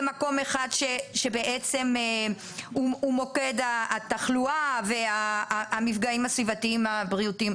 מקום אחד שבעצם הוא מוקד התחלואה והמפגעים הסביבתיים הבריאותיים.